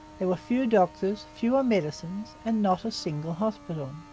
there were few doctors, fewer medicines, and not a single hospital.